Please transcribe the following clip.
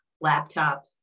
laptop